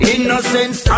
Innocence